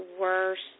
worst